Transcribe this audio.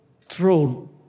throne